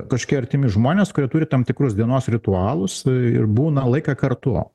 kažkokie artimi žmonės kurie turi tam tikrus dienos ritualus ir būna laiką kartu